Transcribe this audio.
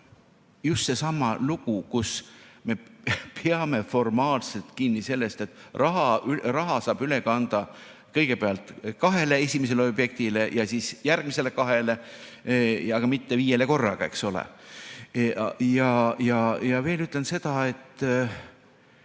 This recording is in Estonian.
just seesama lugu, kus me peame formaalselt kinni sellest, et raha saab üle kanda kõigepealt kahele esimesele objektile ja siis järgmisele kahele, aga mitte viiele korraga, eks ole. Ja veel ütlen seda, et